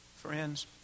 Friends